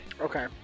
Okay